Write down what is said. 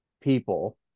people